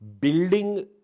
building